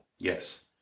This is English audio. Yes